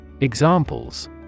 Examples